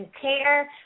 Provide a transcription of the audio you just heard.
care